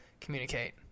communicate